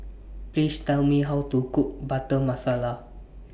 Please Tell Me How to Cook Butter Masala